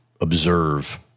observe